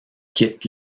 quitte